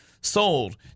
Sold